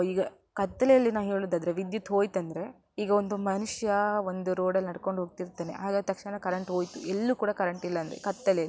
ಈಗ ಕತ್ತಲಲ್ಲಿ ನಾ ಹೇಳುವುದಾದ್ರೆ ವಿದ್ಯುತ್ ಹೋಯಿತಂದ್ರೆ ಈಗ ಒಂದು ಮನುಷ್ಯ ಒಂದು ರೋಡಲ್ಲಿ ನಡಕೊಂಡೋಗ್ತಿರ್ತಾನೆ ಆಗ ತಕ್ಷಣ ಕರೆಂಟೋಯಿತು ಎಲ್ಲೂ ಕೂಡ ಕರೆಂಟಿಲ್ಲಾಂದರೆ ಕತ್ತಲೆ